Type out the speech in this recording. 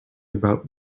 about